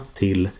till